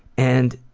and